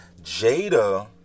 Jada